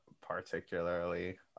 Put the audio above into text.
particularly